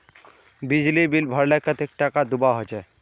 बिजली बिल भरले कतेक टाका दूबा होचे?